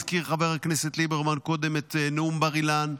הזכיר חבר הכנסת ליברמן קודם את נאום בר אילן,